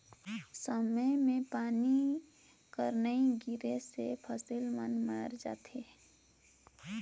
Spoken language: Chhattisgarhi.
समे मे पानी कर नी गिरे ले फसिल मन हर मइर जाथे